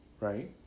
Right